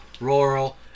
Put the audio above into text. rural